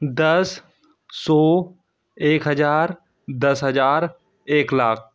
दस सौ एक हज़ार दस हज़ार एक लाख